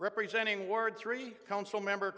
representing words three council member